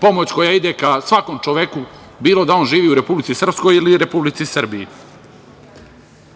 pomoć koja ide ka svakom čoveku, bilo da on živi u Republici Srpskoj ili Republici Srbiji.U